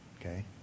okay